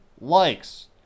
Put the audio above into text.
likes